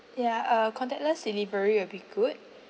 ya uh contactless delivery will be good